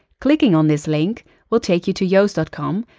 clicking on this link will take you to yoast com,